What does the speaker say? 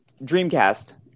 Dreamcast